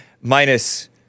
minus